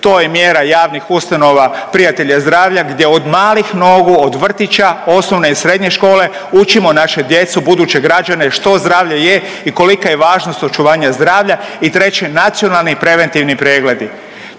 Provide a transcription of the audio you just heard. to je mjera javnih ustanova Prijatelja zdravlja gdje od malih nogu, od vrtića, osnovne i srednje škole učimo našu djecu, buduće građane, što zdravlje je i kolika je važnost očuvanja zdravlja i treće nacionalni i preventivni pregledi.